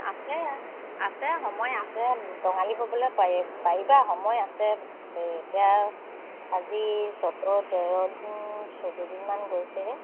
আছে আৰু আছে সময় আছে টঙালী ব'বলৈ পাৰিবা সময় আছে এতিয়া আজি চ'তৰ তেৰদিন চৈধ্য দুুদিনমান গৈছে হে